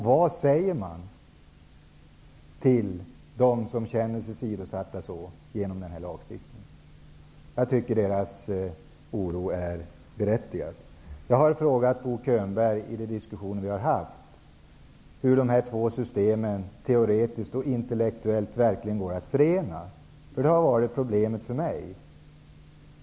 Vad säger vi till dem som känner sig åsidosatta genom denna lag? Jag tror att deras oro är berättigad. Jag har frågat Bo Könberg i de diskussioner som vi har haft hur dessa två system teoretiskt och intellektuellt verkligen går att förena. Det har varit problemet för mig.